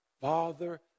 Father